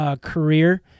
career